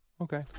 Okay